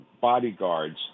bodyguards